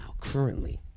currently